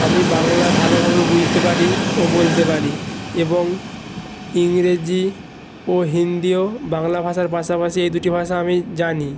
আমি বাংলা ভালোভাবে বুঝতে পারি ও বলতে পারি এবং ইংরেজি ও হিন্দিও বাংলা ভাষার পাশাপাশি এই দুটি ভাষা আমি জানি